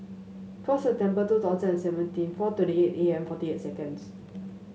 four September two thousand and seventeen four twenty eight A M forty eight seconds